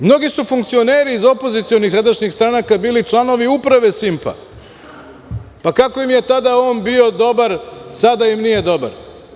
Mnogi su funkcioneri iz opozicionih sadašnjih stranaka bili članovi uprave „Simpa“, kako im je on tada bio dobar, sada im nije dobar?